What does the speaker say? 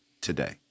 today